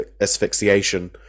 asphyxiation